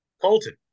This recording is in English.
Colton